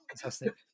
fantastic